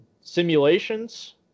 simulations